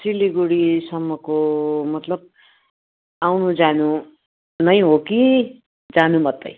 सिलगढीसम्मको मतलब आउनु जानु नै हो कि जानु मात्रै